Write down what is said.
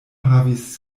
havis